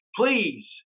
please